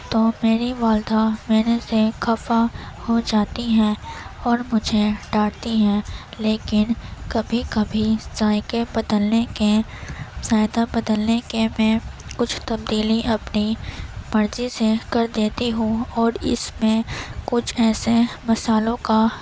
تو میری والدہ میرے سے خفا ہو جاتی ہیں اور مجھے ڈانٹتی ہے لیکن کبھی کبھی ذائقے بدلنے کے ذائقہ بدلنے کے میں کچھ تبدیلی اپنی مرضی سے کر دیتی ہوں اور اس میں کچھ ایسے مسالوں کا